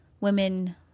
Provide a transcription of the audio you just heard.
women